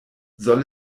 soll